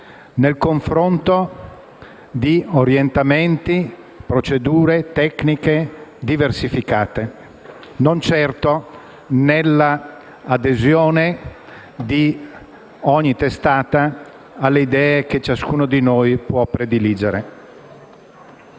nel confronto di orientamenti, procedure e tecniche diversificate, non certo nell'adesione di ogni testata alle idee che ciascuno di noi può prediligere.